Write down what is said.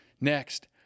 Next